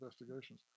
investigations